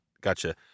Gotcha